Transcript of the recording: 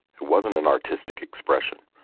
it wasn't an artistic expression.